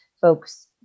folks